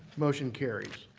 motion carries.